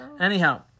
Anyhow